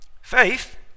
Faith